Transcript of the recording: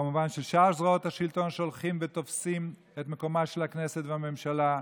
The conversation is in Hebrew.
וכמובן בשאר זרועות השלטון שהולכות ותופסות את מקומה של הכנסת והממשלה.